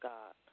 God